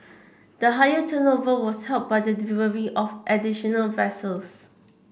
the higher turnover was helped by the delivery of additional vessels